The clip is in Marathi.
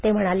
ते म्हणाले